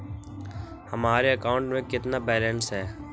हमारे अकाउंट में कितना बैलेंस है?